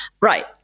right